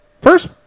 first